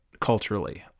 culturally